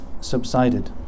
subsided